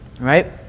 Right